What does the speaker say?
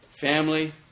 family